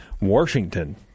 Washington